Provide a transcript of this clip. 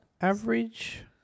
Average